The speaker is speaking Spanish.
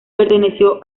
perteneció